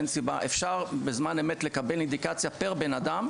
אפשר לקבל בזמן אמת אינדיקציה פר בן אדם.